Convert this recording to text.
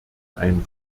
ein